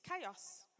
chaos